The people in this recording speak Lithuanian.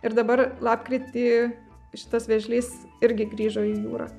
ir dabar lapkritį šitas vėžlys irgi grįžo į jūrą